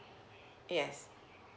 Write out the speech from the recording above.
yes